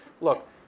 look